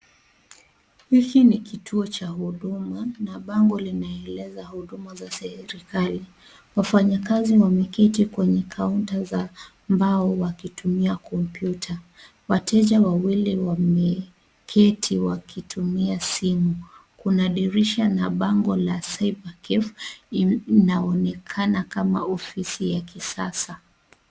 Hiki ni kituo cha huduma, na kuna bango linaeleza huduma ya serikali, wafanyikazi wameketi kwenye kaunta za mbao wakitumia kompyuta, wateja wawili wameketi wakitumia simu, kuna dirisha na bango la (cs)safe cave(cs) inaonekana kama ofisi ya kisasa.